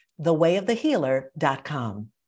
thewayofthehealer.com